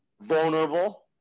vulnerable